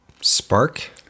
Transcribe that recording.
spark